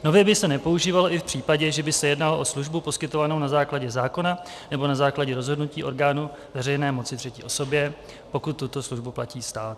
Nově by se nepoužívalo i v případě, že by se jednalo o službu poskytovanou na základě zákona nebo na základě rozhodnutí orgánu veřejné moci třetí osobě, pokud tuto službu platí stát.